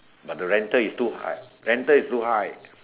but the rental is too high rental is too high